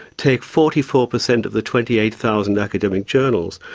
take forty four percent of the twenty eight thousand academic journals.